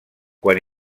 quan